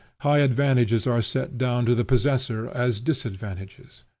high advantages are set down to the possessor as disadvantages.